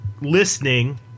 listening